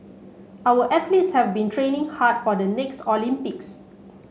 our athletes have been training hard for the next Olympics